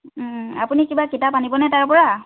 আপুনি কিবা কিতাপ আনিবনে তাৰপৰা